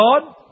God